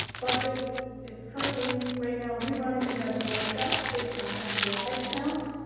budget is currently right now rerunning the wss based on actual head counts.